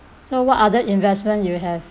so what other investment you have